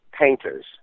painters